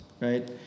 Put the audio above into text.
right